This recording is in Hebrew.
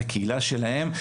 את הקהילה שלהם,